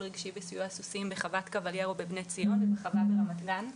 רגשי בסיוע סוסים בחוות קבליירו בבני ציון ובחווה ברמת גן.